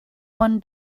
one